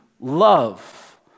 love